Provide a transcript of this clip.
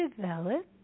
develop